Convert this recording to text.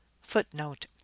FOOTNOTE